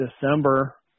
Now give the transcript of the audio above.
December